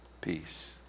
Peace